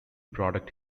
product